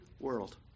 world